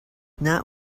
not